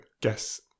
guess